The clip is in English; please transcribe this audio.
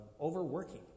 Overworking